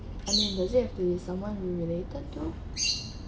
I mean does it have to be someone we related to